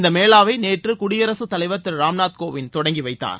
இந்த மேளாவை நேற்று குடியரகத் தலைவர் திரு ராம் நாத் கோவிந்த் தொடங்கி வைத்தார்